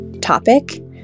topic